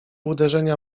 uderzenia